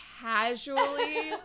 casually